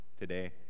today